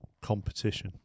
competition